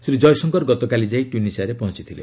ଶ୍ରୀ ଜୟଶଙ୍କର ଗତକାଲି ଯାଇ ଟ୍ୟୁନିସିଆରେ ପହଞ୍ଚିଥିଲେ